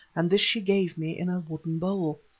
and this she gave me in a wooden bowl.